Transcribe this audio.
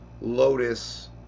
Lotus